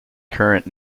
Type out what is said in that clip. current